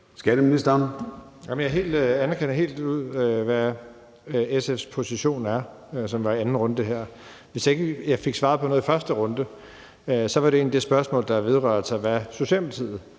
Skatteministeren (Jeppe Bruus): Jeg anerkender helt, hvad SF's position er, som kom her i anden runde. Hvis jeg ikke fik svaret på noget i første runde, var det jo egentlig det spørgsmål, der vedrører, hvad Socialdemokratiet